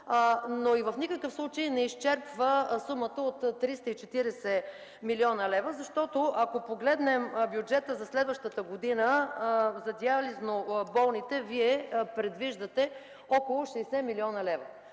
общо, в никакъв случай обаче не изчерпва сумата от 340 млн. лв. Ако погледнем бюджета за следващата година, за диализно болните Вие предвиждате около 60 млн. лв.